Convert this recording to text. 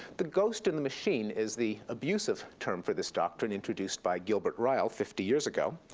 the ghost in the machine is the abusive term for this doctrine introduced by gilbert ryle fifty years ago.